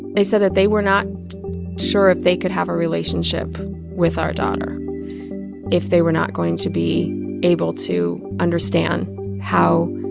they said that they were not sure if they could have a relationship with our daughter if they were not going to be able to understand how